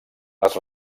les